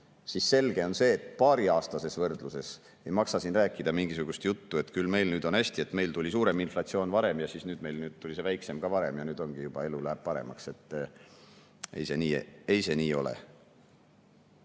siis selge on see, et paariaastases võrdluses ei maksa siin rääkida mingisugust juttu, et meil nüüd on hästi, et meil tuli suurem inflatsioon varem ja nüüd meil tuli see väiksem ka varem ja ongi nii, et elu läheb juba paremaks. Ei see nii ole.